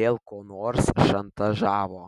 dėl ko nors šantažavo